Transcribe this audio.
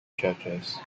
churches